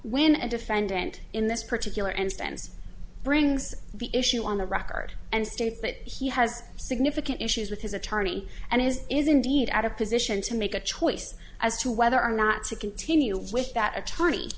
when a defendant in this particular instance brings the issue on the record and states that he has significant issues with his attorney and it is indeed out of position to make a choice as to whether or not to continue with that a